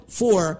four